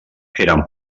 eren